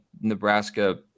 Nebraska